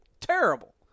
terrible